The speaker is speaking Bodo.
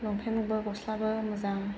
लंपेन्टबो गस्लाबो मोजां